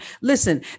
Listen